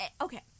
Okay